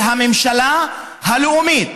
של הממשלה הלאומית.